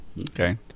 Okay